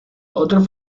otros